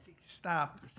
Stop